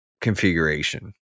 configuration